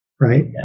right